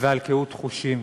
ועל קהות חושים".